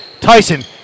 Tyson